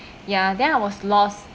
ya then I was lost